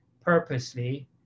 purposely